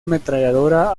ametralladora